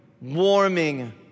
warming